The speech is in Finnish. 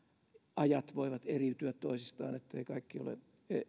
ajat voivat eriytyä toisistaan etteivät kaikki ole